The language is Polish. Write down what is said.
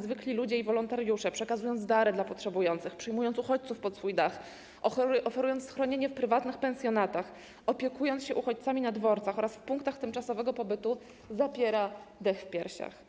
zwykli ludzie i wolontariusze, którzy przekazują dary dla potrzebujących, przyjmują uchodźców pod swój dach, oferują schronienie w prywatnych pensjonatach, opiekują się uchodźcami na dworcach oraz w punktach tymczasowego pobytu, zapiera dech w piersiach.